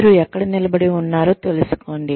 మీరు ఎక్కడ నిలబడి ఉన్నారో తెలుసుకోండి